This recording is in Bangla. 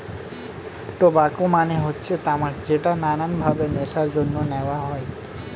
টোবাকো মানে হচ্ছে তামাক যেটা নানান ভাবে নেশার জন্য নেওয়া হয়